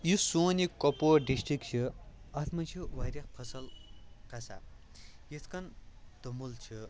یُس سون یہِ کۄپوور ڈِسٹِرٛکٹ چھُ اَتھ منٛز چھِ واریاہ فصٕل کھسان یِتھۍ کٔنۍ توٚمُل چھُ